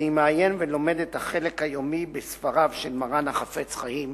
אני מעיין ולומד את החלק היומי בספריו של מרן החפץ-חיים,